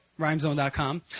rhymezone.com